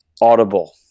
Audible